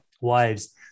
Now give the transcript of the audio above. wives